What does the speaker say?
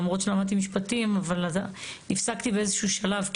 למרות שלמדתי משפטים אבל הפסקתי באיזה שהוא שלב,